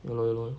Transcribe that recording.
ya lor ya lor